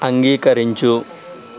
అంగీకరించు